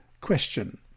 Question